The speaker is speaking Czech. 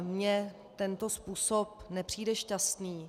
Mně tento způsob nepřijde šťastný.